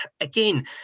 Again